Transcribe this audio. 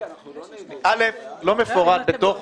אל"ף, לא מפורט בתוך